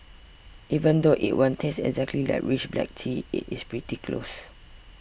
even though it won't taste exactly like rich black tea it is pretty close